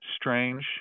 strange